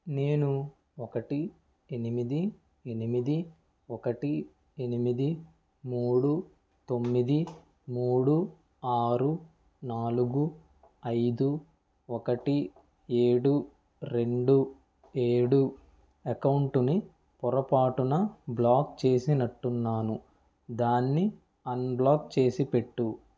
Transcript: నేను ఒకటి ఎనిమిది ఎనిమిది ఒకటి ఎనిమిది మూడు తొమ్మిది మూడు ఆరు నాలుగు ఐదు ఒకటి ఏడు రెండు ఏడు అకౌంటుని పొరపాటున బ్లాక్ చేసినట్టున్నాను దాన్ని అన్బ్లాక్ చేసిపెట్టు